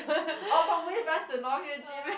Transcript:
or from wave run to North hill gym meh